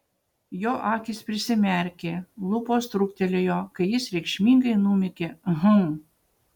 jo akys prisimerkė lūpos truktelėjo kai jis reikšmingai numykė hm